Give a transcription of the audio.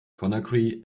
conakry